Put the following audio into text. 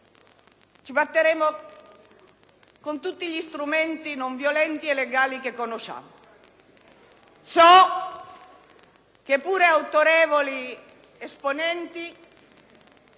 ci batteremo con tutti gli strumenti non violenti e legali che conosciamo. So che pure autorevoli esponenti